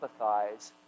empathize